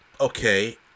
okay